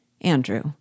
Andrew